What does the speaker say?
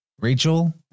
Rachel